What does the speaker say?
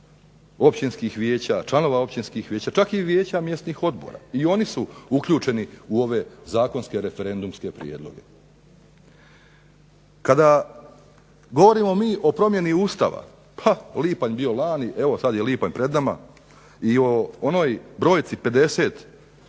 općinskih vijeća, članova općinskih vijeća, čak i vijeća mjesnih odbora i oni su uključeni u ove zakonske referendumske prijedloge. Kada govorimo mi o promjeni Ustava, pa lipanj bio lani, evo sada je lipanj pred nama i o onoj brojci 50